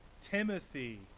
timothy